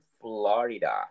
Florida